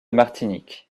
martinique